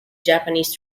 japanese